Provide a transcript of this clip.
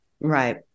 Right